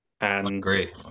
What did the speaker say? agree